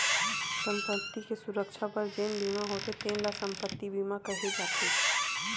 संपत्ति के सुरक्छा बर जेन बीमा होथे तेन ल संपत्ति बीमा केहे जाथे